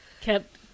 Kept